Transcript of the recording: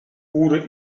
pure